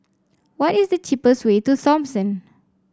what is the cheapest way to Thomson